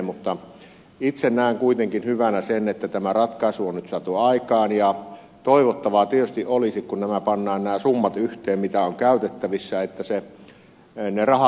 itse näen kuitenkin hyvänä sen että tämä ratkaisu on nyt saatu aikaan ja toivottavaa tietysti olisi kun pannaan yhteen nämä summat mitä on käytettävissä että ne rahat riittäisivät